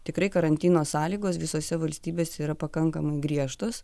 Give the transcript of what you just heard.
tikrai karantino sąlygos visose valstybėse yra pakankamai griežtos